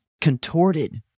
contorted